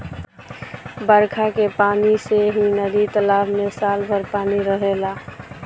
बरखा के पानी से ही नदी तालाब में साल भर पानी रहेला